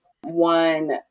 One